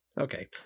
Okay